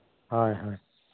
ᱦᱳᱭ ᱦᱳᱭ